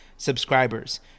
subscribers